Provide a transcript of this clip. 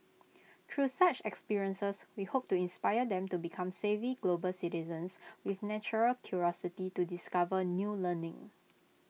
through such experiences we hope to inspire them to become savvy global citizens with natural curiosity to discover new learning